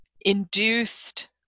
induced